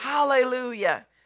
Hallelujah